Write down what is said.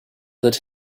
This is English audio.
that